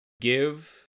Give